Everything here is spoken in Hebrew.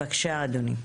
בבקשה אדוני.